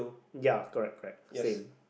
ya correct correct same